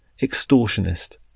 extortionist